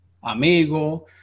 amigo